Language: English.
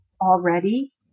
already